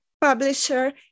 publisher